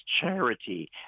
charity